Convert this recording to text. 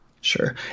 Sure